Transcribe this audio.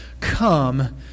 come